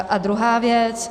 A druhá věc.